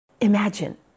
imagine